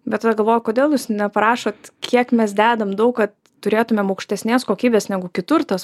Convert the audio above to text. bet va galvoju kodėl jūs neparašot kiek mes dedam daug kad turėtumėm aukštesnės kokybės negu kitur tuos